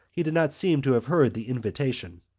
he did not seem to have heard the invitation.